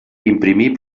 imprimir